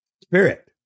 spirit